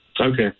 Okay